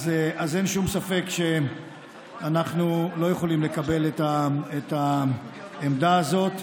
אין שום ספק שאנחנו לא יכולים לקבל את העמדה הזאת.